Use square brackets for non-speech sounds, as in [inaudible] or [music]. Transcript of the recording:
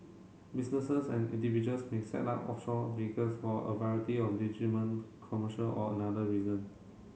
businesses and individuals may set up offshore vehicles for a variety of [unintelligible] commercial or another reason